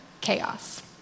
chaos